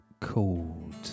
called